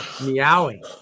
meowing